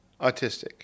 autistic